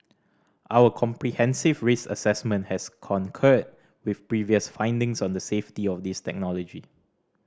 our comprehensive risk assessment has concurred with previous findings on the safety of this technology